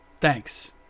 thanks